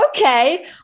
okay